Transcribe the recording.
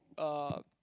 uh